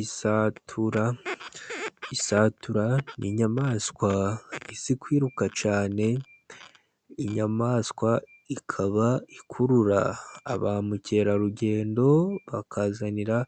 Isatura, isatura ni inyamaswa izi kwiruka cyane. Inyamaswa ikaba ikurura ba mukerarugendo, bakazanira